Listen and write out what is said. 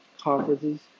conferences